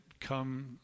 come